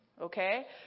okay